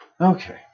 Okay